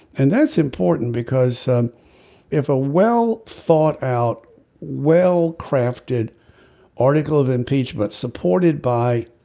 and that's important because if a well thought out well crafted article of impeachment supported by